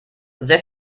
sehr